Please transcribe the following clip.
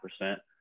percent